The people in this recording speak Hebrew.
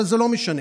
אבל זה לא משנה.